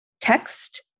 text